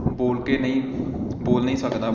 ਬੋਲ ਕੇ ਨਹੀਂ ਬੋਲ ਨਹੀਂ ਸਕਦਾ